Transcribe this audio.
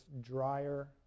drier